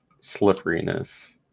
slipperiness